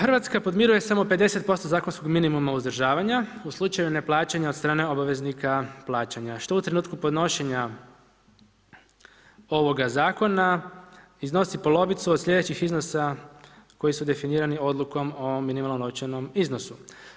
Hrvatska podmiruje samo 50% zakonskog minimuma uzdržavanja, u slučaju neplaćanja od strane obveznika plaćanja, što u trenutku podnošenja ovoga zakona iznosi polovicu od sljedećih iznosa koji su definirani odlukom o minimalnom novčanom iznosu.